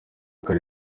kare